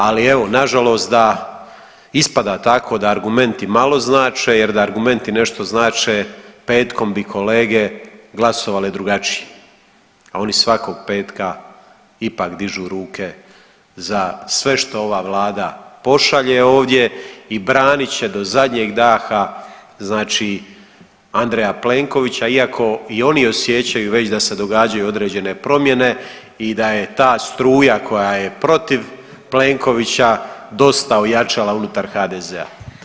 Ali evo na žalost da ispada tako da argumenti malo znače, jer da argumenti nešto znače petkom bi kolege glasovali drugačije, a oni svakog petka ipak dižu ruke za sve što ova Vlada pošalje ovdje i branit će do zadnjeg daha, znači Andreja Plenkovića iako i oni osjećaju već da se događaju određene promjene i da je ta struja koja je protiv Plenkovića dosta ojačala unutar HDZ-a.